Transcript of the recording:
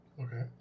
Okay